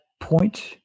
point